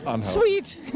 sweet